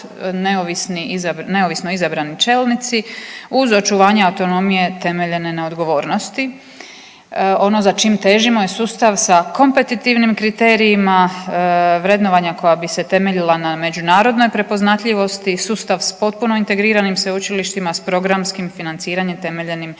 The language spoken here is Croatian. neovisno izabrani čelnici uz očuvanje autonomije temeljene na odgovornosti. Ono za čim težimo je sustav sa kompetitivnim kriterijima, vrednovanjima koja bi se temeljila na međunarodnoj prepoznatljivosti, sustav s potpuno integriranim sveučilištima, s programskim financiranjem temeljenim